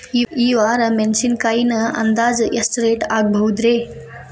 ಈ ವಾರ ಮೆಣಸಿನಕಾಯಿ ಅಂದಾಜ್ ಎಷ್ಟ ರೇಟ್ ಆಗಬಹುದ್ರೇ?